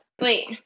Wait